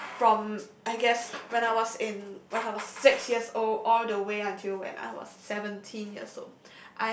from I guess when I was in when I was six years old all the way until when I was seventeen years old